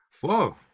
whoa